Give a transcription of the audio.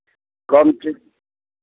कम से